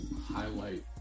highlight